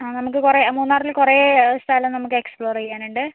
ആ നമുക്ക് കുറേ മൂന്നാറിൽ കുറേ സ്ഥലം നമുക്ക് എക്സ്പ്ലോർ ചെയ്യാനുണ്ട്